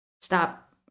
stop